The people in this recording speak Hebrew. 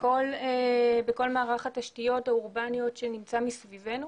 בכל מערך התשתיות האורבניות שנמצא מסביבנו,